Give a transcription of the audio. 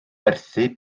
werthu